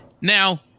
Now